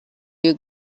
you